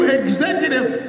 executive